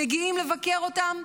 מגיעים לבקר אותם.